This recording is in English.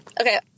okay